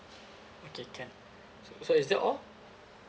okay can so so is that all